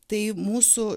tai mūsų